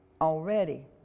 already